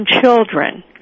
children